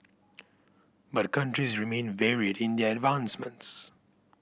but countries remain varied in their advancements